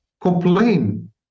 complain